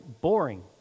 Boring